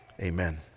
Amen